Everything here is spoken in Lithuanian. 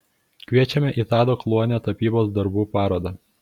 kviečiame į tado kluonio tapybos darbų parodą